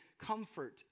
comfort